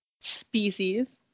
species